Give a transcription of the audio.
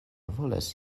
volas